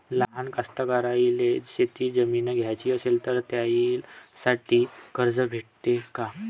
लहान कास्तकाराइले शेतजमीन घ्याची असन तर त्याईले त्यासाठी कर्ज भेटते का?